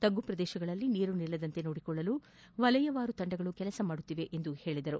ತಗ್ಗು ಪ್ರದೇಶಗಳಲ್ಲಿ ನೀರು ನಿಲ್ಲದಂತೆ ನೋಡಿಕೊಳ್ಳಲು ವಲಯವಾರು ತಂಡಗಳು ಕೆಲಸ ಮಾಡುತ್ತಿವೆ ಎಂದು ಅವರು ಹೇಳಿದರು